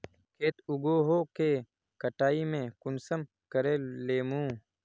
खेत उगोहो के कटाई में कुंसम करे लेमु?